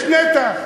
יש נתח.